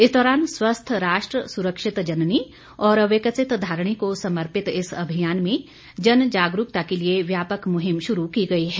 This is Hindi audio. इस दौरान स्वस्थ राष्ट्र सुरक्षित जननी और विकसित धारिणी को समर्पित इस अभियान में जन जागरूकता के लिए व्यापक मुहिम शुरू की गई है